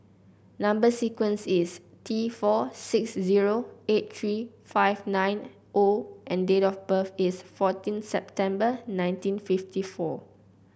number sequence is T four six zero eight three five nine O and date of birth is fourteen September nineteen fifty four